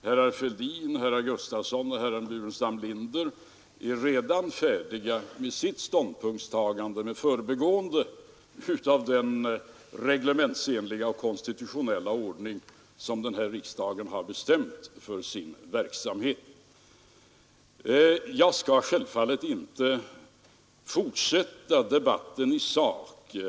Herrar Fälldin, Gustafson i Göteborg och Burenstam Linder är redan färdiga med sitt ståndpunktstagande, med förbigående av den reglementsenliga och konstitutionella ordning som den här riksdagen har bestämt för sin verksamhet. Jag skall självfallet inte fortsätta debatten i sak.